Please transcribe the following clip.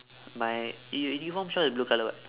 my uniform shorts is blue colour [what]